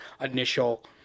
initial